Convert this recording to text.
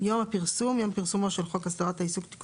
"יום הפרסום" יום פרסומו של חוק הסדרת העיסוק (תיקון